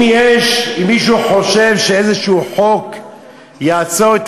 אם מישהו חושב שאיזשהו חוק יעצור את